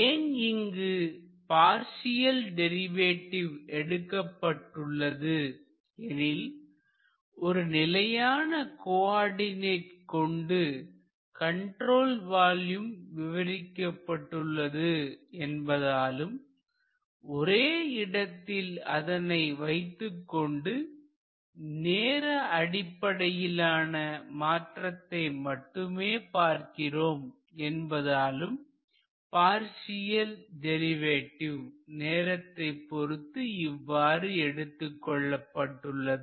ஏன் இங்கு partial derivative எடுக்கப்பட்டுள்ளது எனில் ஒரு நிலையான கோஆர்டிநெட் கொண்டு கண்ட்ரோல் வால்யூம் விவரிக்கப்பட்டுள்ளது என்பதாலும் ஒரே இடத்தில் அதனை வைத்துக்கொண்டு நேர அடிப்படையிலான மாற்றத்தை மட்டுமே பார்க்கிறோம் என்பதாலும் பார்சியல் டெரிவேட்டிவ் நேரத்தைப் பொறுத்து இவ்வாறு எடுத்துக் கொள்ளப்பட்டுள்ளது